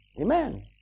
Amen